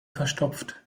verstopft